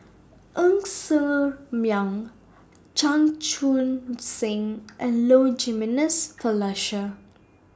Ng Ser Miang Chan Chun Sing and Low Jimenez Felicia